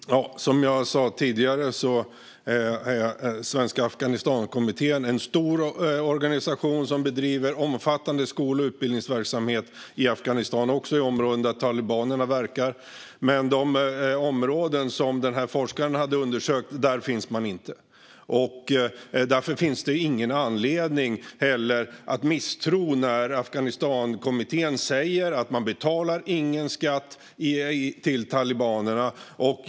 Fru talman! Som jag sa tidigare är Svenska Afghanistankommittén en stor organisation som bedriver omfattande skol och utbildningsverksamhet i Afghanistan, också i områden där talibanerna verkar. Men i de områden som den här forskaren har undersökt finns man inte. Därför finns det ingen anledning att misstro kommittén när man säger att man inte betalar någon skatt till talibanerna.